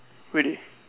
really